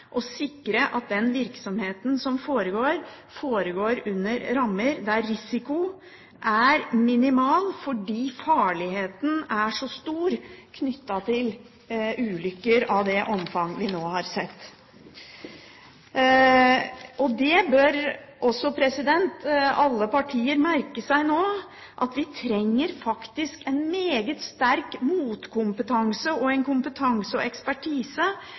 å sikre at den virksomheten som foregår, foregår i rammer der risikoen er minimal, fordi farligheten er så stor knyttet til ulykker av det omfang vi nå har sett. Det bør også alle partier merke seg nå. Vi trenger faktisk en meget sterk motkompetanse og en kompetanse og en ekspertise